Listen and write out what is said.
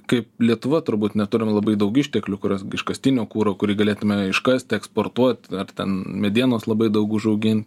kaip lietuva turbūt neturim labai daug išteklių kuriuos iškastinio kuro kurį galėtume iškasti eksportuoti ar ten medienos labai daug užaugint